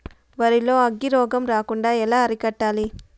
వరి లో అగ్గి రోగం రాకుండా ఎలా అరికట్టాలి?